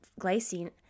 glycine